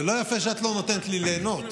זה לא יפה שאת לא נותנת לי ליהנות.